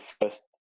first